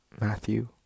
Matthew